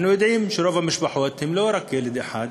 אנחנו יודעים שברוב המשפחות יש לא רק ילד אחד.